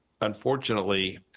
Unfortunately